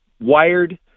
wired